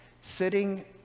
sitting